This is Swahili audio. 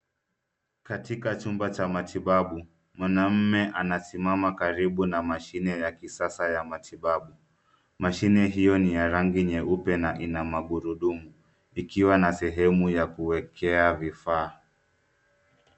Katika chumba cha matibabu, mwanaume anasimama karibu na mashine ya kisasa ya matibabu. Mashine hio ni ya rangi nyeupe na ina magurudumu ikiwa na sehemu ya kuwekea vifaa.